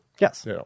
Yes